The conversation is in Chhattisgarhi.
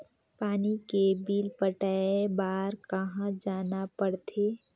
पानी के बिल पटाय बार कहा जाना पड़थे?